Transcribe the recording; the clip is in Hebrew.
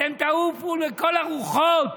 אתם תעופו לכל הרוחות.